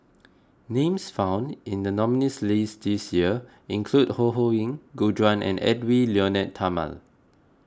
names found in the nominees' list this year include Ho Ho Ying Gu Juan and Edwy Lyonet Talma